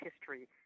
history